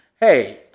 hey